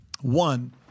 one